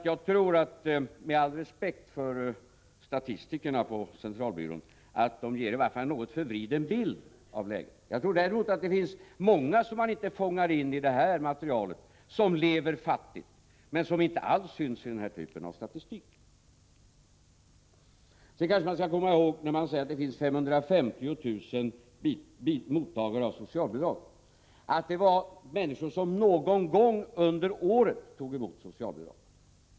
Jag tror, med all respekt för statistikerna på centralbyrån, att de ger en i varje fall något förvriden bild av läget. Däremot tror jag att det finns många som lever fattigt som man inte fångar in i det här materialet och som inte alls syns i den här typen av statistik. Kanske man skall komma ihåg, när man säger att det finns 550 000 mottagare av socialbidrag, att det är människor som någon gång under året har tagit emot socialbidrag.